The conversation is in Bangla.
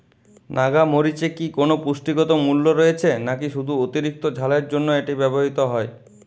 নাগা মরিচে কি কোনো পুষ্টিগত মূল্য রয়েছে নাকি শুধু অতিরিক্ত ঝালের জন্য এটি ব্যবহৃত হয়?